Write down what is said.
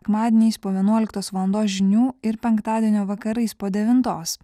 sekmadieniais po vienuoliktos valandos žinių ir penktadienio vakarais po devintos